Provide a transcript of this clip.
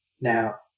now